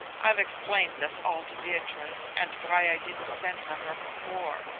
i've explained this all to beatrice, and why i didn't send for her before.